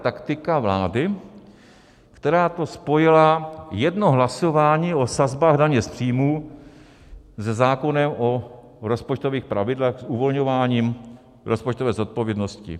Nefér taktika vlády, která to spojila, jedno hlasování o sazbách daně z příjmu se zákonem o rozpočtových pravidlech, uvolňováním rozpočtové zodpovědnosti.